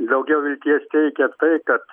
daugiau vilties teikia tai kad